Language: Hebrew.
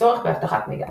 הצורך באבטחת מידע